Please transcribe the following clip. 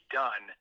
done